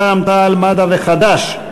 רע"ם-תע"ל-מד"ע וחד"ש.